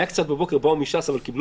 כמו שאמרתי קודם,